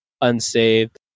unsaved